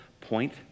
point